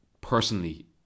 personally